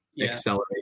accelerate